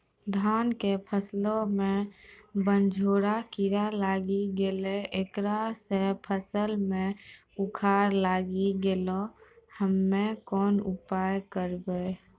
धान के फसलो मे बनझोरा कीड़ा लागी गैलै ऐकरा से फसल मे उखरा लागी गैलै हम्मे कोन उपाय करबै?